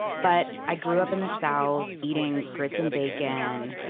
but i grew up in the south eating grits and bacon.